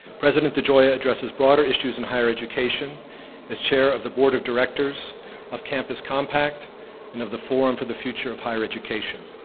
president degioia addresses broader issues in higher education as chair of the board of directors of campus compact and of the forum for the future of higher education.